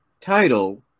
title